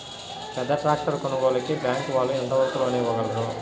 పెద్ద ట్రాక్టర్ కొనుగోలుకి బ్యాంకు వాళ్ళు ఎంత వరకు లోన్ ఇవ్వగలరు?